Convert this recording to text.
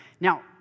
Now